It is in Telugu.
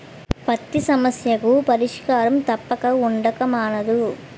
పతి సమస్యకు పరిష్కారం తప్పక ఉండక మానదు